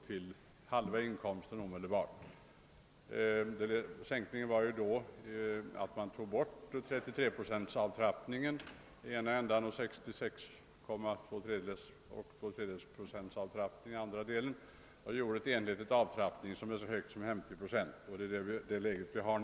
Tidigare skedde avtrappningen så att man tog 33 Iz procent i ena steget och 66 ?/s procent i det andra. Riksdagsmajoriteten beslöt i fjol en enhetlig avtrappning med 50 procent, och det är den metoden vi nu tillämpar.